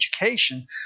education